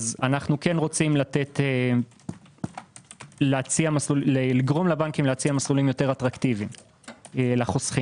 אנו כן רוצים לגרום לבנקים להציע מסלולים יותר אטרקטיביים לחוסכים.